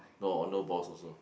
no or no balls also